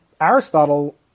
Aristotle